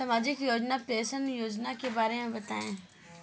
सामाजिक सुरक्षा पेंशन योजना के बारे में बताएँ?